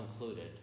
included